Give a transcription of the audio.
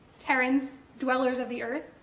terrans, dwellers of the earth,